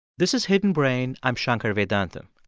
this is hidden brain. i'm shankar vedantam